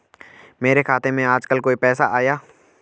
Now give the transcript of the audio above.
मेरे खाते में आजकल कोई पैसा आया?